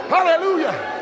Hallelujah